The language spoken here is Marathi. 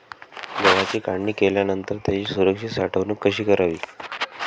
गव्हाची काढणी केल्यानंतर त्याची सुरक्षित साठवणूक कशी करावी?